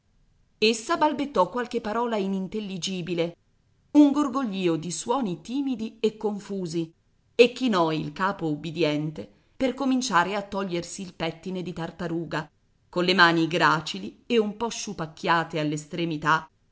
dio essa balbettò qualche parola inintelligibile un gorgoglìo di suoni timidi e confusi e chinò il capo ubbidiente per cominciare a togliersi il pettine di tartaruga colle mani gracili e un po